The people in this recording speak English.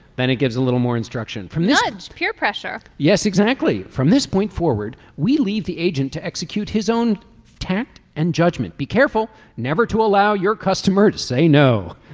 then it gives a little more instruction from ah peer pressure. yes exactly. from this point forward we leave the agent to execute his own tact and judgment. be careful never to allow your customer to say no